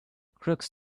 crooks